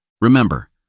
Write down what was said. Remember